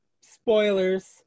spoilers